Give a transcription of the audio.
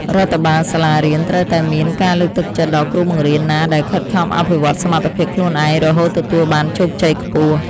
រដ្ឋបាលសាលារៀនត្រូវតែមានការលើកទឹកចិត្តដល់គ្រូបង្រៀនណាដែលខិតខំអភិវឌ្ឍសមត្ថភាពខ្លួនឯងរហូតទទួលបានជោគជ័យខ្ពស់។